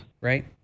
right